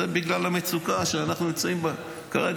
הוא בגלל המצוקה שאנחנו נמצאים בה כרגע,